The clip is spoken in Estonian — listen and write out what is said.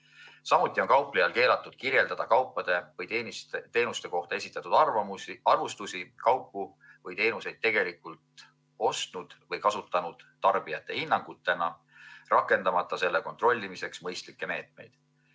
Samuti on kauplejal keelatud kirjeldada kaupade või teenuste kohta esitatud arvamusi ja arvustusi kaupu või teenuseid tegelikult ostnud või kasutanud tarbijate hinnangutena, rakendamata kontrollimiseks mõistlikke meetmeid.